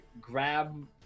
grab